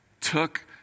took